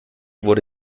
wurde